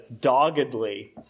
doggedly